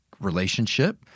relationship